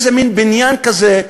איזה מין בניין כזה,